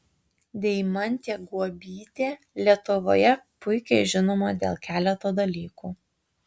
deimantė guobytė lietuvoje puikiai žinoma dėl keleto dalykų